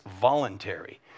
voluntary